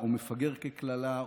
או "מפגר" כקללה,